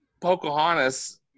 pocahontas